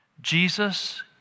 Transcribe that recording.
Jesus